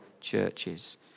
churches